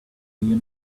you